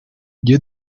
you